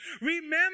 Remember